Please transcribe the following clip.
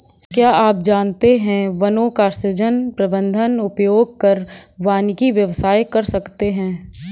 क्या आप जानते है वनों का सृजन, प्रबन्धन, उपयोग कर वानिकी व्यवसाय कर सकते है?